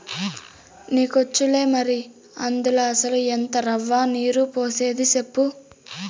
నీకొచ్చులే మరి, అందుల అసల ఎంత రవ్వ, నీరు పోసేది సెప్పు